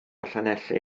llanelli